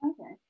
Okay